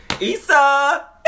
Issa